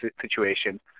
situation